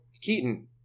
Keaton